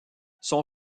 son